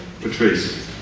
Patrice